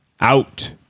Out